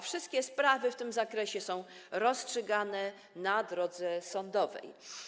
Wszystkie sprawy w tym zakresie są rozstrzygane na drodze sądowej.